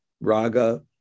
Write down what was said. raga